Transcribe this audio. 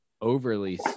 overly